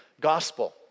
gospel